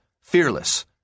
fearless